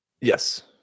Yes